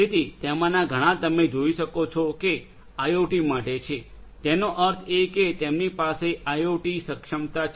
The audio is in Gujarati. તેથી તેમાંના ઘણા તમે જોઈ શકો છો કે આઇઓટી માટે છે તેનો અર્થ એ કે તેમની પાસે આઈઓટી સક્ષમતા છે